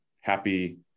happy